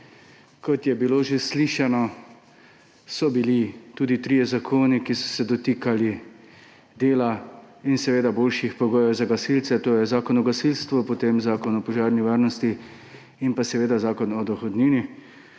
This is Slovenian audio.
Kot je bilo že slišano, so bili tudi trije zakoni, ki so se dotikali dela in seveda boljših pogojev za gasilce. To so Zakon o gasilstvu, potem Zakon o varstvu pred požarom in seveda Zakon o dohodnini,